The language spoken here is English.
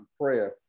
prayer